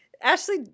Ashley